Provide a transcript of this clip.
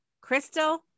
Crystal